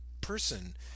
person